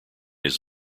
his